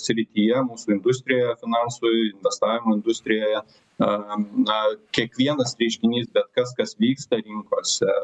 srityje mūsų industrijoje finansų investavimo industrijoje a na kiekvienas reiškinys bet kas kas vyksta rinkose